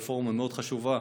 רפורמה מאוד חשובה,